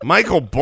Michael